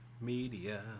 Media